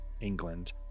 England